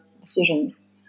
decisions